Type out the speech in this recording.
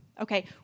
Okay